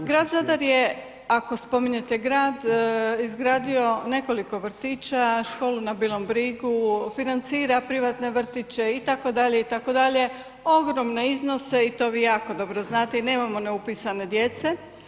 Grad Zadar je, ako spominjete grad, izgradio nekoliko vrtića, školu na Bilom Brigu, financira privatne vrtiće itd., itd., ogromne iznose i to vi jako dobro znate i nemamo neupisane djece.